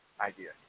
idea